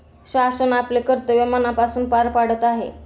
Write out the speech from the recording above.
शासन आपले कर्तव्य मनापासून पार पाडत आहे